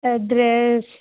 address